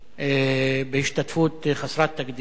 בהשתתפות חסרת תקדים.